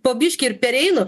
po biškį ir pereinu